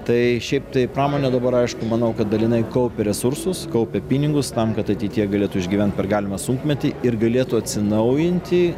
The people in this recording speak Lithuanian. tai šiaip tai pramonė dabar aišku manau kad dalinai kaupia resursus kaupia pinigus tam kad ateityje galėtų išgyvent per galimą sunkmetį ir galėtų atsinaujinti